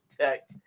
Tech